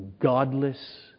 godless